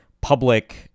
public